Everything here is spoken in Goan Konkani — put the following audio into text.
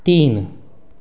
तीन